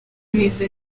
neza